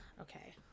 Okay